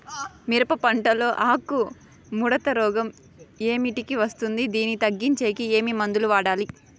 మిరప పంట లో ఆకు ముడత రోగం ఏమిటికి వస్తుంది, దీన్ని తగ్గించేకి ఏమి మందులు వాడాలి?